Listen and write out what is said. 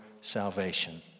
salvation